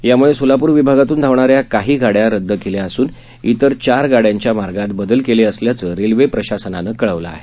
यामुळे सोलापूर विभागातून धावणाऱ्या काही गाड्या रदद करण्यात आल्या असून इतर चार गाड्यांच्या मार्गात बदल केले असल्याचं रेल्वे प्रशासनानं कळवलं आहे